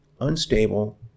unstable